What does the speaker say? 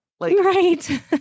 Right